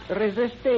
resisting